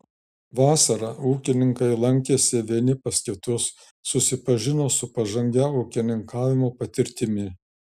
vasarą ūkininkai lankėsi vieni pas kitus susipažino su pažangia ūkininkavimo patirtimi